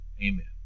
amen